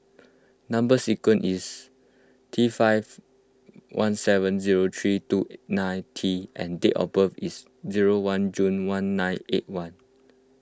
Number Sequence is T five one seven zero three two nine T and date of birth is zero one June one nine eight one